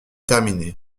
terminé